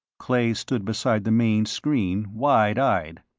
clay stood beside the main screen, wide-eyed.